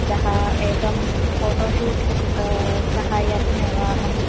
अतः एकं फ़ोटोशूट् सहाय्यार्थमेव अहम्